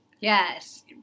Yes